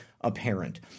apparent